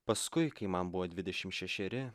paskui kai man buvo dvidešim šešeri